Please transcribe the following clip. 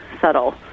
subtle